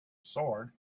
sword